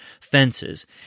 fences